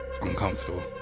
uncomfortable